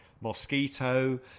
mosquito